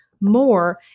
more